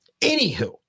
Anywho